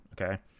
okay